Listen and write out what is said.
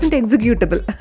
executable